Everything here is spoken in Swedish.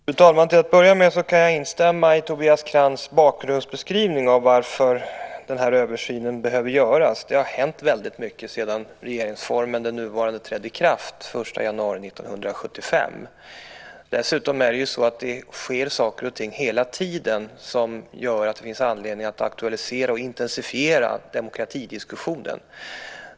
Fru talman! Till att börja med kan jag instämma i Tobias Krantz bakgrundsbeskrivning av varför den här översynen behöver göras. Det har hänt väldigt mycket sedan den nuvarande regeringsformen trädde i kraft den 1 januari 1975. Dessutom sker det hela tiden saker och ting som gör att det finns anledning att aktualisera och intensifiera demokratidiskussionen.